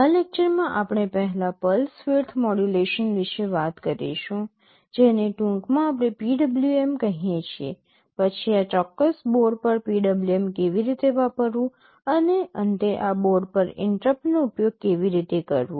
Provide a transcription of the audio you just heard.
આ લેક્ચરમાં આપણે પહેલા પલ્સ વિડ્થ મોડ્યુલેશન વિશે વાત કરીશું જેને ટૂંકમાં આપણે PWM કહીએ છીએ પછી આ ચોક્કસ બોર્ડ પર PWM કેવી રીતે વાપરવું અને અંતે આ બોર્ડ પર ઇન્ટરપ્ટનો ઉપયોગ કેવી રીતે કરવો